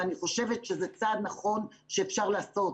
אני חושבת שזה צעד נכון שאפשר לעשות.